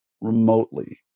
remotely